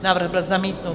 Návrh byl zamítnut.